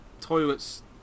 toilets